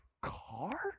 car